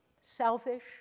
selfish